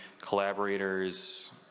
collaborators